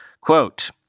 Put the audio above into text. Quote